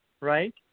right